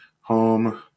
home